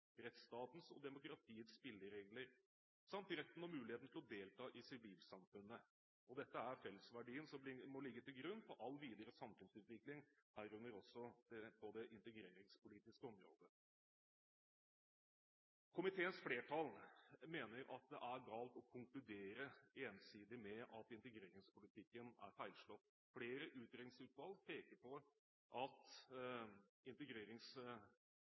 rettsstatens og demokratiets spilleregler samt retten og muligheten til å delta i sivilsamfunnet. Dette er fellesverdier som må ligge til grunn for all videre samfunnsutvikling, herunder også på det integreringspolitiske området. Komiteens flertall mener at det er galt å konkludere ensidig med at integreringspolitikken er feilslått. Flere utredningsutvalg peker på at